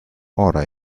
ora